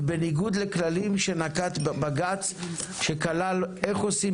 ובניגוד לכללים שנקט בג"צ שכלל איך עושים